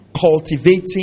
cultivating